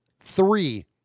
three